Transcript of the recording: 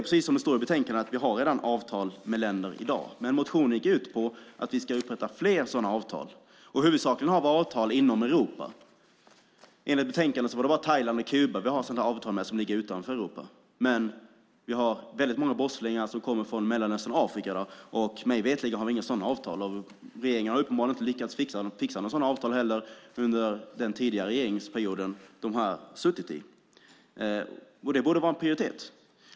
Precis som det står i betänkandet har Sverige redan i dag avtal med länder, men vår motion går ut på att Sverige ska upprätta fler sådana avtal. Huvudsakligen har Sverige avtal med länder inom Europa. Enligt betänkandet är det bara med Thailand och Kuba som Sverige har avtal i fråga om länder som ligger utanför Europa, men det finns många brottslingar som kommer från Mellanöstern och Afrika. Mig veterligen finns inga sådana avtal. Regeringen har uppenbarligen inte lyckats fixa några sådana avtal under den tidigare regeringsperioden. Det borde vara en prioritet.